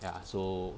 ya so